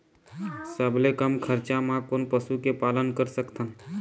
सबले कम खरचा मा कोन पशु के पालन कर सकथन?